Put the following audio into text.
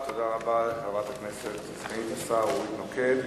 תודה רבה לחברת הכנסת סגנית השר אורית נוקד.